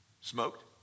smoked